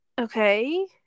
Okay